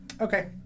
Okay